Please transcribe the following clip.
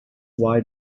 why